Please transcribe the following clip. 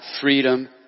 freedom